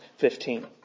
15